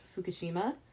Fukushima